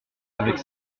avec